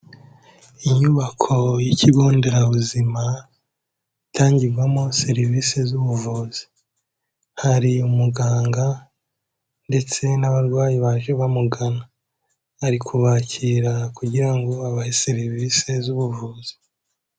Inyubako y'ikigo nderabuzima itangirwamo serivisi z'ubuvuzi, hari umuganga ndetse n'abarwayi baje bamugana ari kubakira kugira ngo abahe serivisi z'ubuvuzi.